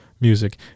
music